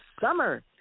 summer